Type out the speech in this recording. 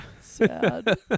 Sad